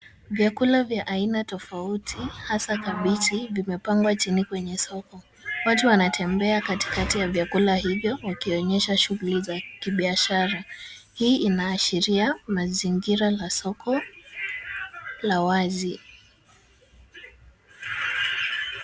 Vyakula vya aina tofauti, hasa kabichi, vimepangwa chini kwenye soko. Watu wanatembea katikati ya vyakula hivyo, wakionyesha shughuli za kibiashara. Hii inaashiria mazingira la soko, la wazi.